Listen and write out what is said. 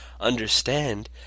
understand